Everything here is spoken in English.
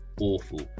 awful